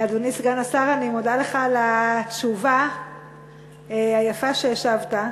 אדוני סגן השר, אני מודה לך על התשובה היפה שהשבת.